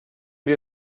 wir